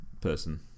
person